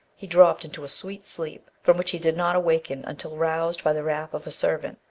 he dropped into a sweet sleep, from which he did not awaken until roused by the rap of a servant,